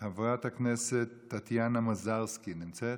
חברת הכנסת טטיאנה מזרסקי, נמצאת?